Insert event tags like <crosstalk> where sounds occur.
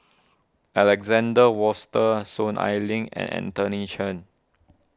Alexander <unintelligible> Soon Ai Ling and Anthony Chen